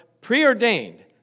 preordained